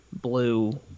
blue